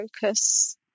focus